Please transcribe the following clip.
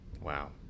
Wow